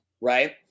Right